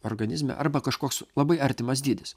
organizme arba kažkoks labai artimas dydis